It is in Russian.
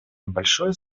небольшое